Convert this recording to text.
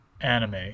anime